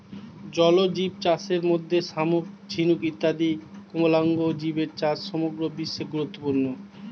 জলজীবচাষের মধ্যে শামুক, ঝিনুক ইত্যাদি কোমলাঙ্গ জীবের চাষ সমগ্র বিশ্বে গুরুত্বপূর্ণ